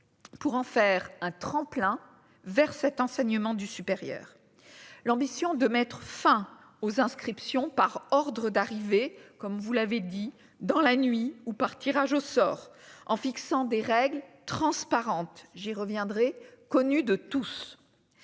pour en faire un tremplin vers cet enseignement du supérieur, l'ambition de mettre fin aux inscriptions, par ordre d'arrivée, comme vous l'avez dit, dans la nuit ou par tirage au sort en fixant des règles transparentes, j'y reviendrai connue de tous,